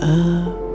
up